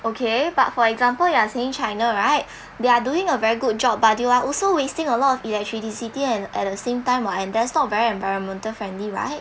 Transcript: okay but for example you are saying china right they're doing a very good job but they are also wasting a lot of electricity and at the same time and that's not very environmental friendly right